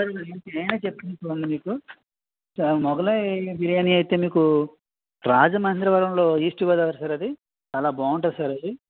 నేనే చెప్తాను చూడండి మీకు సార్ మొగలాయి బిరియాని అయితే మీకు రాజమహేంద్రవరంలో ఈస్ట్ గోదావరి సార్ అది చాలా బాగుంటుంది సార్ అది